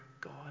God